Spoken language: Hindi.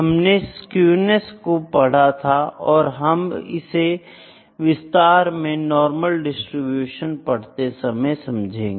हमने स्केव्नेस्स को पढ़ा था और हम इसे विस्तार से नॉर्मल डिस्ट्रीब्यूशन पढ़ते समय समझेंगे